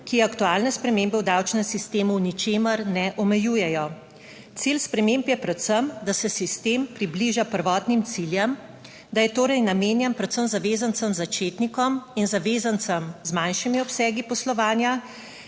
ki je aktualne spremembe v davčnem sistemu v ničemer ne omejujejo. Cilj sprememb je predvsem, da se sistem približa prvotnim ciljem, da je torej namenjen predvsem zavezancem začetnikom in zavezancem z manjšimi obsegi poslovanja,